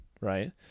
right